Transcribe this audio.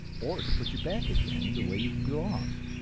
or to put you back again the way you belonged.